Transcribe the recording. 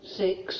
six